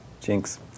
Jinx